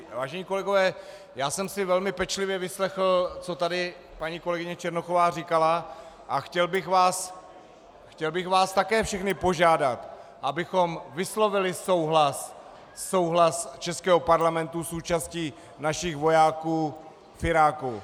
Vážení kolegové, já jsem si velmi pečlivě vyslechl, co tady paní kolegyně Černochová říkala, a chtěl bych vás také všechny požádat, abychom vyslovili souhlas českého Parlamentu s účastí našich vojáků v Iráku.